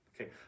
Okay